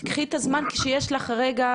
שתהיה הוראת שעה,